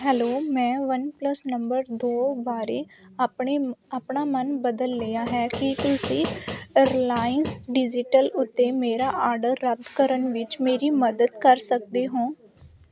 hello ਮੈਂ OnePlus number ਦੋ ਬਾਰੇ ਆਪਣੇ ਆਪਣਾ ਮਨ ਬਦਲ ਲਿਆ ਹੈ ਕੀ ਤੁਸੀਂ ਰਿਲਾਇੰਸ ਡਿਜੀਟਲ ਉੱਤੇ ਮੇਰਾ ਆਰਡਰ ਰੱਦ ਕਰਨ ਵਿੱਚ ਮੇਰੀ ਮਦਦ ਕਰ ਸਕਦੇ ਹੋ